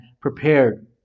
prepared